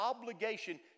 obligation